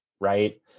right